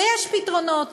ויש פתרונות